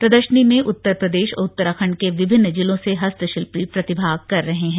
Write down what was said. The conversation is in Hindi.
प्रदर्शनी में उत्तर प्रदेश और उत्तराखंड के विभिन्न जिलों से हस्तशिल्पी प्रतिभाग कर रहे हैं